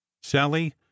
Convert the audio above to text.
sally